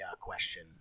question